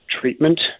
treatment